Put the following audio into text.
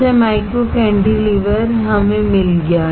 इसलिए micro cantilever हमें मिल गया